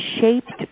shaped